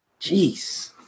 Jeez